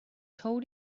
told